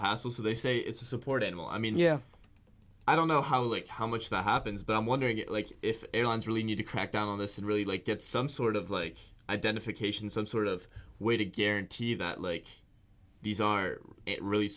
hassle so they say it's a support animal i mean yeah i don't know how like how much that happens but i'm wondering if airlines really need to crack down on this and really like get some sort of like identification some sort of way to guarantee that like these are really